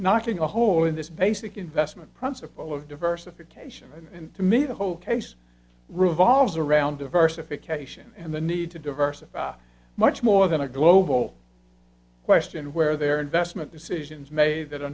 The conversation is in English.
knocking a hole in this basic investment principle of diversification and to me the whole case revolves around diversification and the need to diversify much more than a global question where their investment decisions may that a